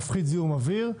מפחית זיהום אוויר.